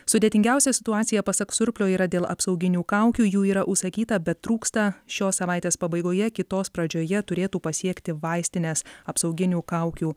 sudėtingiausia situacija pasak surplio yra dėl apsauginių kaukių jų yra užsakyta bet trūksta šios savaitės pabaigoje kitos pradžioje turėtų pasiekti vaistines apsauginių kaukių